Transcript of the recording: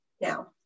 Now